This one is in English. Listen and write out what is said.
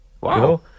Wow